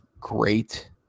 Great